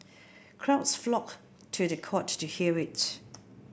crowds flocked to the court to hear it